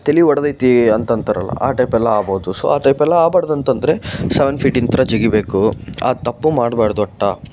ತಲೆ ಒಡೆದೈತಿ ಅಂತ ಅಂತಾರಲ್ಲ ಆ ಟೈಪೆಲ್ಲ ಆಗ್ಬೋದು ಸೊ ಆ ಟೈಪೆಲ್ಲ ಆಗ್ಬಾರ್ದು ಅಂತ ಅಂದ್ರೆ ಸವೆನ್ ಫೀಟ್ ಇಂದ್ರ ಜಿಗಿಬೇಕು ಆ ತಪ್ಪು ಮಾಡ್ಬಾರ್ದು ಒಟ್ಟು